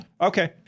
Okay